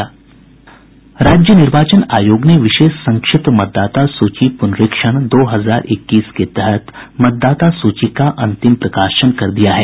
राज्य निर्वाचन आयोग ने विशेष संक्षिप्त मतदाता सूची पुनरीक्षण दो हजार इक्कीस के तहत मतदाता सूची का अंतिम प्रकाशन कर दिया है